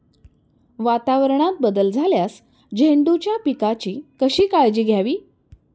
वातावरणात बदल झाल्यास झेंडूच्या पिकाची कशी काळजी घ्यावी?